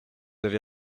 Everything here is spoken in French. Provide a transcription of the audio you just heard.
avez